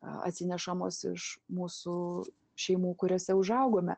atsinešamos iš mūsų šeimų kuriose užaugome